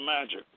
magic